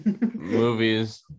movies